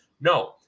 No